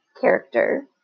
character